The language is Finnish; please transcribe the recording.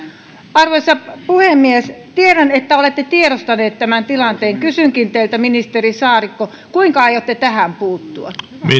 arvoisa puhemies tiedän että olette tiedostaneet tämän tilanteen kysynkin teiltä ministeri saarikko kuinka aiotte tähän puuttua